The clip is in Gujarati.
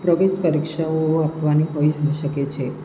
પ્રવેશ પરીક્ષાઓ આપવાની હોય શકે છે